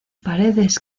paredes